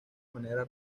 manera